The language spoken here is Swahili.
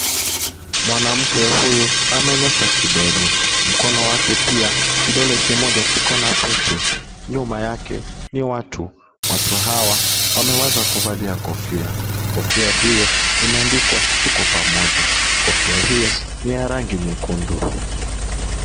Mwanamke huyu amenyosha kidole. Mkono wake pia kidole kimoja kiko na pete. Nyuma yake ni watu. Watu hawa wameweza kuvalia kofia. Kofia hiyo imeandikwa tuko pamoja. Kofia hiyo ni ya rangi nyekundu.